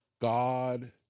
God